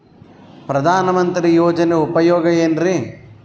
ಪ್ರಧಾನಮಂತ್ರಿ ಯೋಜನೆ ಉಪಯೋಗ ಏನ್ರೀ?